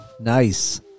Nice